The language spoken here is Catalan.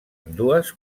ambdues